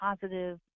positive